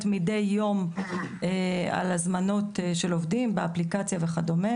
מדי יום על הזמנות של עובדים באפליקציה וכדומה,